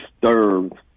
disturbed